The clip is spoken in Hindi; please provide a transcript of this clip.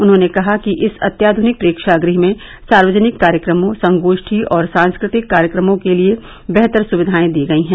उन्होंने कहा कि इस अत्याधुनिक प्रेक्षागृह में सार्वजनिक कार्यक्रमों संगोष्ठी और सांस्कृतिक कार्यक्रमों के लिए बेहतर सुविधाएं दी गयी हैं